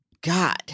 God